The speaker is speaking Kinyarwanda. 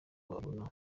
wabona